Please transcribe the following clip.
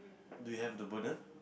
do you have the burner